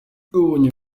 wabonye